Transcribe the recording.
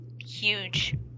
huge